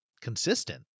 consistent